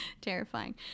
terrifying